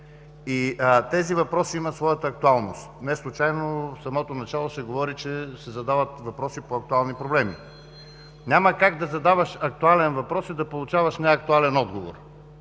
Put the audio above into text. Тези въпроси имат своята актуалност. Не случайно в самото начало се говори, че се задават въпроси по актуални проблеми. Няма как да задаваш актуален въпрос и да получаваш неактуален отговор